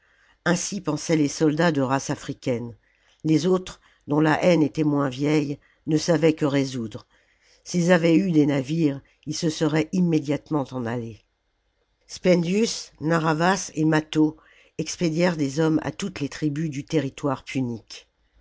ainsi pensaient les soldats de race africaine les autres dont la haine était moins vieille ne savaient que résoudre s'ils avaient eu des navires ils se seraient immédiatement en allés spendius narr'havas et mâtho expédièrent des hommes à toutes les tribus du territoire punique